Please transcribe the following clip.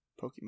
Pokemon